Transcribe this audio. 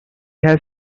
has